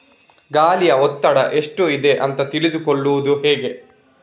ಗಾಳಿಯ ಒತ್ತಡ ಎಷ್ಟು ಇದೆ ಅಂತ ತಿಳಿದುಕೊಳ್ಳುವುದು ಹೇಗೆ?